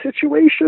situation